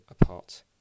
apart